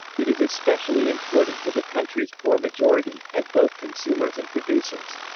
it is especially important to the country's poor majority, as both consumers and producers.